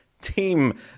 Team